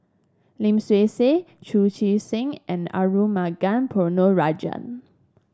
Lim Swee Say Chu Chee Seng and Arumugam Ponnu Rajah